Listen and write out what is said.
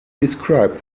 described